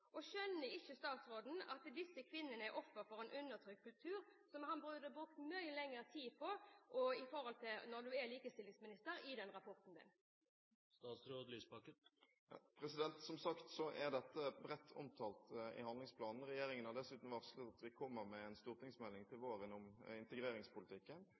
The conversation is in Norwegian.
Skjønner ikke statsråden at disse kvinnene er offer for en undertrykkende kultur, som han burde brukt mye mer tid på i rapporten sin, når han er likestillingsminister? Som sagt er dette bredt omtalt i handlingsplanen. Regjeringen har dessuten varslet at den kommer med en stortingsmelding til våren om integreringspolitikken,